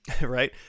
right